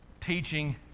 teaching